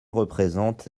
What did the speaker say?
représente